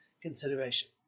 consideration